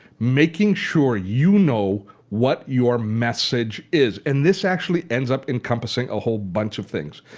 making sure you know what your message is. and this actually ends up encompassing a whole bunch of things.